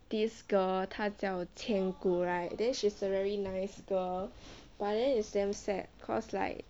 this girl 她叫千骨 right then she's a very nice girl but then it's damn sad cause like